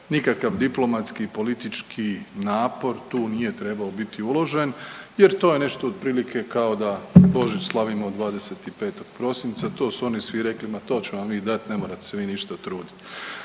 nikakav diplomatski i politički napor tu nije trebao biti uložen jer to je nešto otprilike kao da Božić slavimo 25. prosinca, to su oni svi rekli ma to ćemo mi dat ne morate se vi ništa trudit.